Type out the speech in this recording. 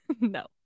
No